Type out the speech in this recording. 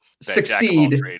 succeed